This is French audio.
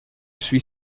suis